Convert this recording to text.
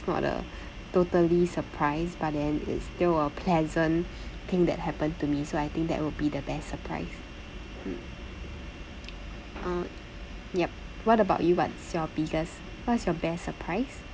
it's not a totally surprise but then it's still a pleasant thing that happen to me so I think that would be the best surprise uh yup what about you what's your biggest what's your best surprise